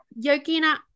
yogina